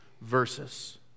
verses